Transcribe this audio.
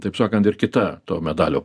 taip sakant ir kita to medalio